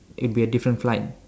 it be a different flight